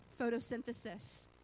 Photosynthesis